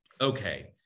Okay